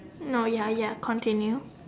no ya ya continue